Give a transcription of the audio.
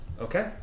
Okay